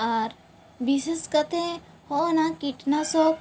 ᱟᱨ ᱵᱤᱥᱮᱥ ᱠᱟᱛᱮ ᱦᱚᱜᱼᱚᱭ ᱱᱚᱣᱟ ᱠᱤᱴᱱᱟᱥᱚᱠ